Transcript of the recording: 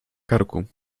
karku